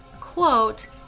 quote